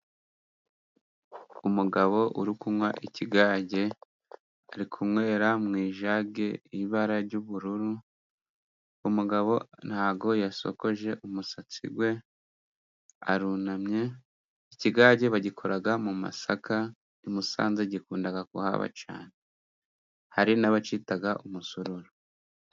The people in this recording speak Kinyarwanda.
Umugabo uri kunywa ikigage ari kunywera mu ijage, y'ibara ry'ubururu, umugabo ntabwo yasokoje umusatsi we, arunamye. Ikigage bagikora mu masaka, i Musanze gikunda kuhaba cyane hari n'abakita umusururu.